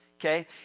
okay